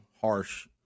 harsh